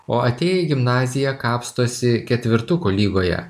o atėję į gimnaziją kapstosi ketvirtuko lygoje